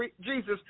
Jesus